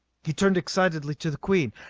he turned excitedly to the queen.